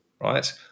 right